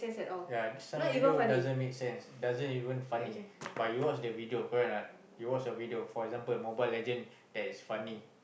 ya some video doesn't make sense doesn't even funny but you watch the video correct or not you watch the video for example Mobile-Legends that is funny